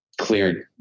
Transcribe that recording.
cleared